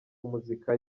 muzika